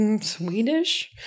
Swedish